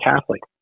Catholic